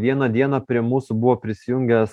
vieną dieną prie mūsų buvo prisijungęs